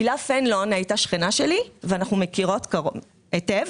הילה פנלון הייתה שכנה שלי ואנחנו מכירות היטב.